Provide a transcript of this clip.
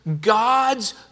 God's